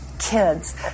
kids